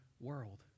world